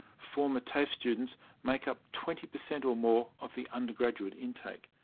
former tafe students make up twenty per cent or more of the undergraduate intake.